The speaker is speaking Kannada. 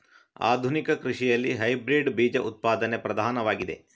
ಆಧುನಿಕ ಕೃಷಿಯಲ್ಲಿ ಹೈಬ್ರಿಡ್ ಬೀಜ ಉತ್ಪಾದನೆ ಪ್ರಧಾನವಾಗಿದೆ